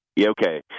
Okay